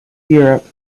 europe